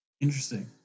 Interesting